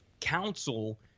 Counsel